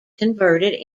converted